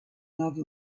love